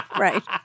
Right